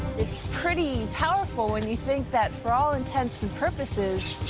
it's pretty powerful, when you think that for all intents and purposes,